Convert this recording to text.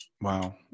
Wow